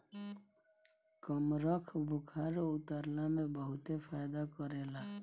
कमरख बुखार उतरला में बहुते फायदा करेला